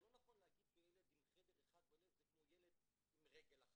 זה לא נכון להגיד שילד עם חדר אחד בלב זה כמו ילד עם רגל אחת.